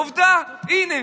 עובדה, הינה.